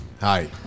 hi